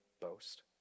boast